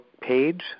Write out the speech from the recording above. page